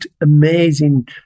amazing